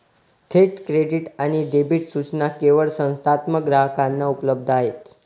थेट क्रेडिट आणि डेबिट सूचना केवळ संस्थात्मक ग्राहकांना उपलब्ध आहेत